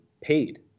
paid